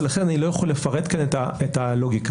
ולכן אני לא יכול לפרט את הלוגיקה כאן.